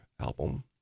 album